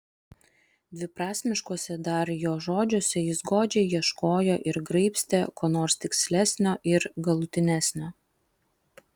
dviprasmiškuose dar jo žodžiuose jis godžiai ieškojo ir graibstė ko nors tikslesnio ir galutinesnio